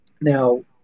Now